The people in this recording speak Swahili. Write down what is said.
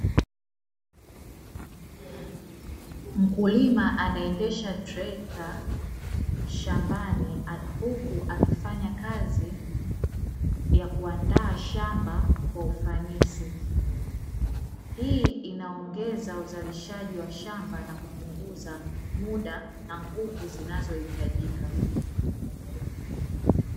Mkulima anaendesha trekta shambani huku akifanya kazi ya kuandaa shamba kwa ufanisi. Hii inaongeza uzalishaji wa shamba na kupunguza muda na nguvu zinazohitajika.